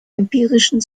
empirischen